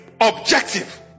objective